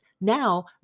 Now